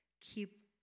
keep